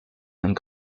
and